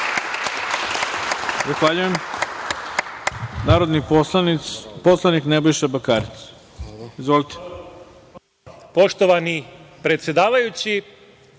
Hvala